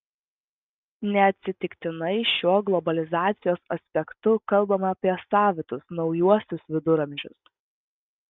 neatsitiktinai šiuo globalizacijos aspektu kalbama apie savitus naujuosius viduramžius